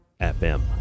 FM